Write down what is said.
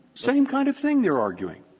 same kind of thing they are arguing.